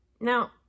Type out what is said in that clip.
Now